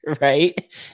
Right